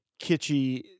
kitschy